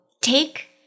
take